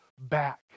back